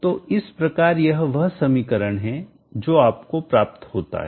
तो इस प्रकार यह वह समीकरण है जो आपको प्राप्त होता है